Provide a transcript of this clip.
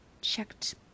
checked